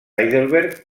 heidelberg